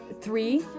three